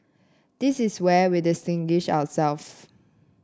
this is where we distinguish ourselves